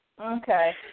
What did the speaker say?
Okay